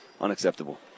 unacceptable